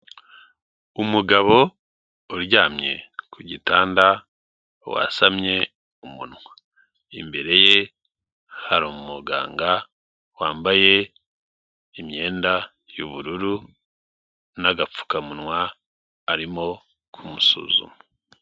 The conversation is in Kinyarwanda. Umugabo uryamye ku gitanda wasamye umunwa. Imbere ye hari umuganga wambaye imyenda y'ubururu n'agapfukamunwa, arimo kumusuzuma.